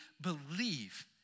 believe